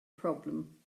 problem